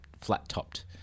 flat-topped